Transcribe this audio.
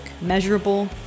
measurable